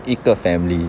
一个 family